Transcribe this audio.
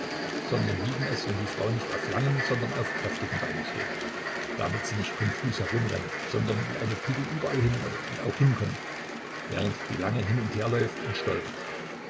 sondern lieben es wenn die frau nicht auf langen sondern auf kräftigen beinen steht damit sie nicht konfus herumrennt sondern wie eine kugel überall hinrollt und auch hinkommt während die lange hin und her läuft und stolpert